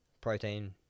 Protein